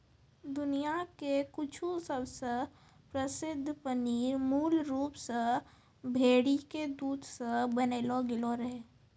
दुनिया के कुछु सबसे प्रसिद्ध पनीर मूल रूप से भेड़ी के दूध से बनैलो गेलो रहै